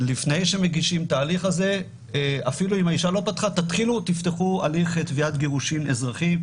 לפני שמגישים את ההליך הזה תתחילו ותפתחו הליך תביעת גירושין אזרחי,